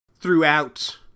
throughout